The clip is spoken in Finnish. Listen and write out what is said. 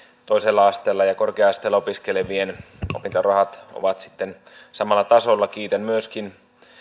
toisella asteella ja korkea asteella opiskelevien opintorahat ovat sitten samalla tasolla kiitän myöskin